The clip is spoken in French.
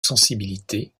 sensibilité